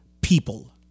people